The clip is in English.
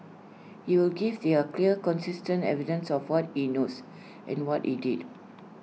he will give there clear consistent evidence of what he knows and what he did